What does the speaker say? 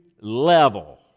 level